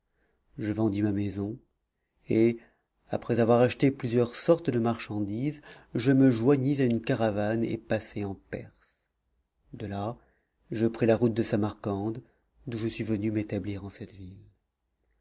je vendis ma maison et après avoir acheté plusieurs sortes de marchandises je me joignis à une caravane et passai en perse de là je pris la route de samarcande d'où je suis venu m'établir en cette ville